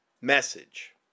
message